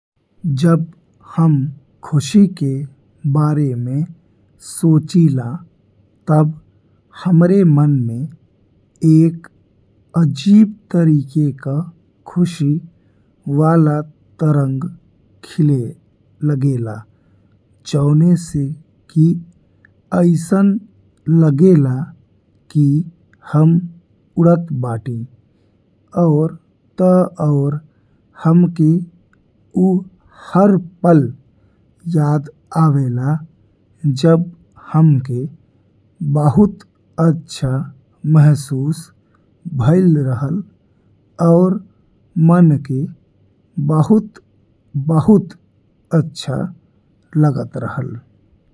जब हम खुशी के बारे में सोचिला तब हमरे मन में एक अजीब तरीके का खुशी वाला तरंग खिले लागेला। जौन से कि अइसन लागेला कि हम उड़त बानीं और ते औऱ हमके ऊ हर पल याद आवेला जब हमके बहुत अच्छा महसूस भईल रहल। और मन के बहुत-बहुत अच्छा लागत रहल।